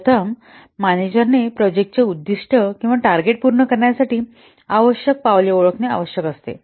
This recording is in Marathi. प्रथम मॅनेजराने प्रोजेक्ट उद्दीष्टे किंवा टार्गेट पूर्ण करण्यासाठी आवश्यक पावले ओळखणे आवश्यक आहे